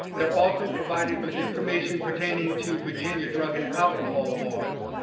they're also provided with information pertaining to virginia drug and alcohol laws,